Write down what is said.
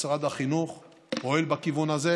משרד החינוך פועל בכיוון הזה,